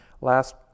Last